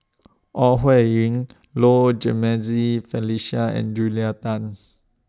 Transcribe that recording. Ore Huiying Low Jimenez Felicia and Julia Tan